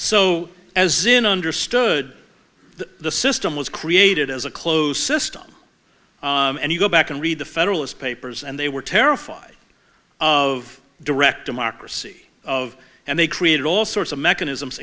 so as in understood the system was created as a closed system and you go back and read the federalist papers and they were terrified of direct democracy of and they created all sorts of mechanisms